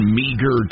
meager